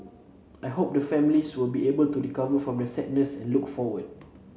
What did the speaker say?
I hope the families will be able to recover from their sadness and look forward